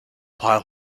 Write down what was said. pyle